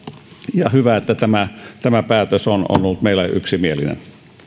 ja hyvä että tämä tämä päätös on on ollut meillä yksimielinen